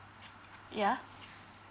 yeah